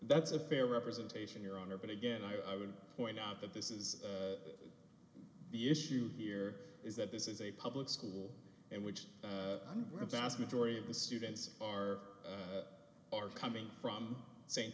that's a fair representation your honor but again i would point out that this is the issue here is that this is a public school and which is under a vast majority of the students are are coming from st